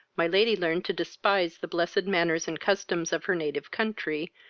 my lady learned to despise the blessed manners and customs of her native country,